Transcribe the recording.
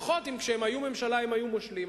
לפחות אם כשהם היו ממשלה הם היו מושלים,